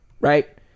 right